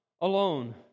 Alone